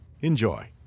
Enjoy